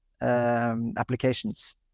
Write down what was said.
applications